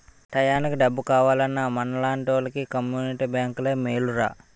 టయానికి డబ్బు కావాలన్నా మనలాంటోలికి కమ్మునిటీ బేంకులే మేలురా